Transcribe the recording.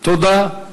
תודה.